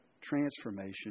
transformation